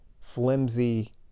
flimsy